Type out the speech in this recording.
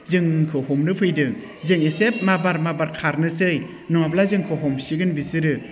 जोंखौ हमनो फैदों जों एसे माबार माबार खारनोसै नङाब्ला जोंखौ हमसिगोन बिसोरो